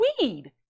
Weed